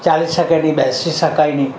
ચાલી શકાય નહીં બેસી શકાય નહીં